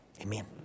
amen